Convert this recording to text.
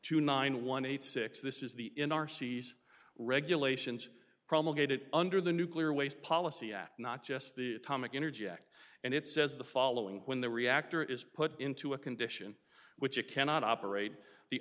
to nine one eight six this is the in our series regulations promulgated under the nuclear waste policy act not just the comic energy act and it says the following when the reactor is put into a condition which it cannot operate the